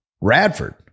Radford